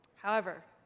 however,